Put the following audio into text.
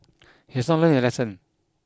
he has not learnt his lesson